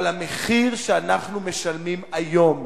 אבל המחיר שאנחנו משלמים היום.